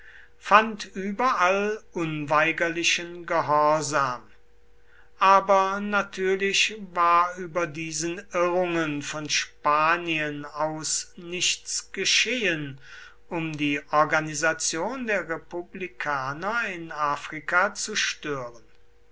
fand überall unweigerlichen gehorsam aber natürlich war über diesen irrungen von spanien aus nichts geschehen um die organisation der republikaner in afrika zu stören